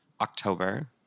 October